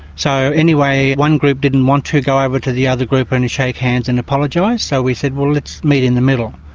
so, anyway, one group didn't want to go over to the other group and and shake hands and apologise, so we said, let's meet in the middle.